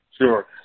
sure